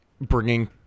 bringing